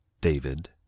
David